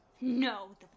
No